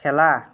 খেলা